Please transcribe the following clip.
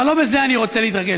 אבל לא בזה אני רוצה להתרכז.